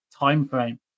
timeframe